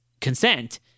consent